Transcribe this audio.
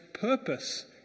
purpose